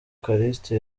callixte